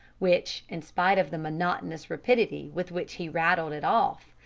which, in spite of the monotonous rapidity with which he rattled it off,